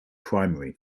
primary